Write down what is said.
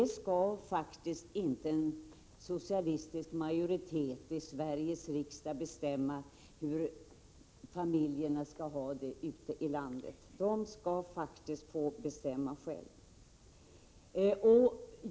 En socialistisk majoritet i Sveriges riksdag skall faktiskt inte bestämma hur familjerna skall ha det. De skall få bestämma själva.